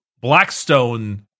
Blackstone